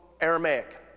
Aramaic